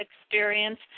experience